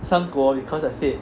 三国 because I said